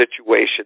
situation